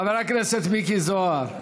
חבר הכנסת מיקי זוהר.